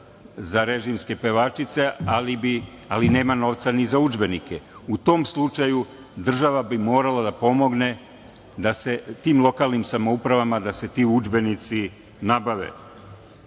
za režimske pevačice, ali nema novca ni za udžbenike. U tom slučaju država bi morala da pomogne da se tim lokalnim samouprava ti udžbenici nabave. Kakva